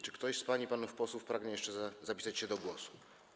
Czy ktoś z pań i panów posłów pragnie jeszcze zapisać się do głosu?